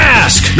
ask